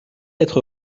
être